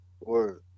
Word